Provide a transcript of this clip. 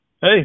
Hey